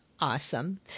awesome